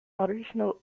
original